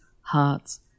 hearts